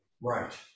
Right